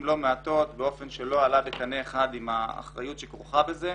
לא מעטות באופן שלא עלה בקנה אחד עם האחריות שכרוכה בזה.